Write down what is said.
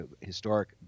historic